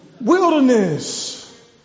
Wilderness